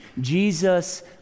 Jesus